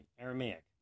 Aramaic